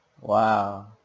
Wow